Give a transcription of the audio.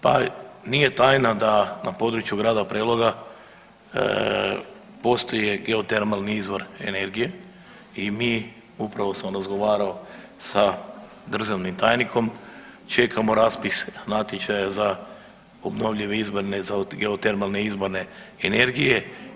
Pa nije tajna da na području grada Preloga postoje geotermalni izvor energije i mi, upravo sam razgovarao sa državnim tajnikom čekamo raspis natječaja za obnovljive izvore, za geotermalne izvore energije.